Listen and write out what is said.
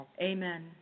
amen